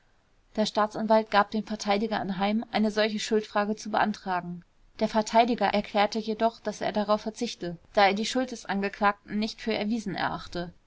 der staatsanwalt gab dem verteidiger anheim eine solche schuldfrage zu beantragen der verteidiger erklärte jedoch daß er darauf verzichte da er die schuld des angeklagten nicht für erwiesen erachte